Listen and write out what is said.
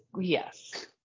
yes